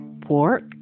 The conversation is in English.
pork